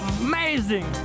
amazing